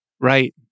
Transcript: Right